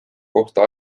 kohta